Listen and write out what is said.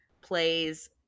plays